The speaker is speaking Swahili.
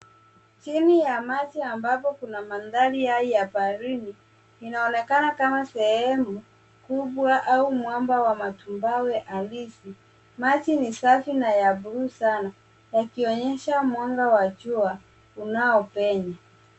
Chini ya maji ambapo kuna mandhari haya ya baharini. Inaonekana kama sehemu kubwa au mwamba wa matumbao halisi. Maji yanaonekana kuwa safi na ya buluu sana yakionyesha mwanga wa jua unaopenya.